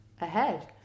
ahead